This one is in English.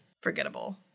forgettable